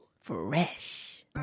fresh